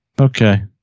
Okay